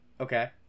Okay